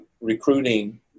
recruiting